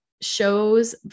shows